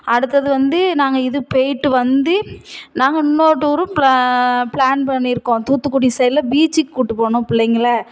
அடுத்தது வந்து நாங்கள் இது போயிட்டு வந்து நாங்கள் இன்னோரு டூரும் ப்ளா ப்ளான் பண்ணியிருக்கோம் தூத்துக்குடி சைடுயில் பீச்சிக்கு கூட்டு போகணும் பிள்ளைங்கள